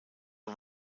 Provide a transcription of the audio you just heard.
are